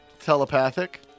telepathic